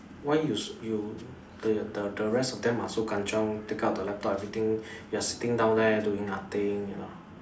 why you s~ you the the rest of them are so kan-chiong take out the laptop everything you are sitting down there doing nothing you know